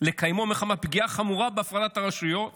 לקיימו מחמת פגיעה חמורה בהפרדת הרשויות